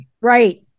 Right